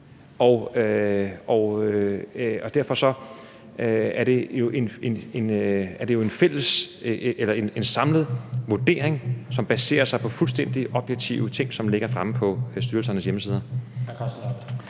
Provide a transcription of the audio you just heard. og derfor er det en samlet vurdering, som baserer sig på fuldstændig objektive ting, som ligger fremme på styrelsernes hjemmesider.